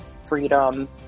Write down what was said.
freedom